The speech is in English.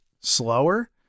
slower